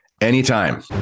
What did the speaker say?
anytime